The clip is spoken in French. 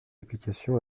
application